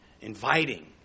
inviting